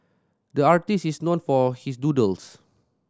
the artist is known for his doodles